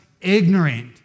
ignorant